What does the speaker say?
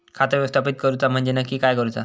खाता व्यवस्थापित करूचा म्हणजे नक्की काय करूचा?